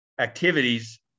activities